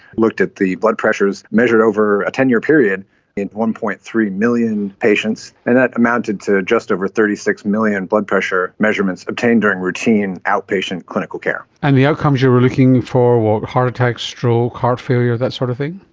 looked at the blood pressures measured over a ten year period in one. three million patients, and that amounted to just over thirty six million blood pressure measurements obtained during routine outpatient clinical care. and the outcomes you were looking for were heart attack, stroke, heart failure, that sort of thing?